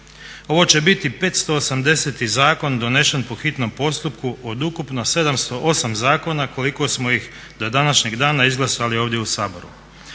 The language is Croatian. Ovo će biti 580. zakon donesen po hitnom postupku od ukupno 708 zakona koliko smo ih do današnjeg dana izglasali ovdje u Saboru.